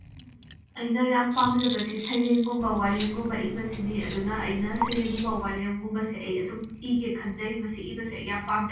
ꯑꯩꯅ ꯌꯥꯝ ꯄꯥꯝꯖꯕꯁꯤ ꯁꯩꯔꯦꯡꯒꯨꯝꯕ ꯋꯥꯔꯦꯡꯒꯨꯝꯕ ꯏꯕꯁꯤꯅꯤ ꯑꯗꯨꯅ ꯑꯩꯅ ꯁꯪꯔꯦꯡꯒꯨꯝꯕ ꯋꯥꯔꯦꯡꯒꯨꯝꯁꯤ ꯑꯩ ꯑꯗꯨꯝ ꯏꯒꯦ ꯈꯟꯖꯩ ꯃꯁꯤ ꯑꯩ ꯏꯕꯁꯤ ꯌꯥꯝ ꯄꯥꯝꯖꯩ